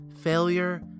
failure